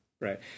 right